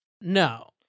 No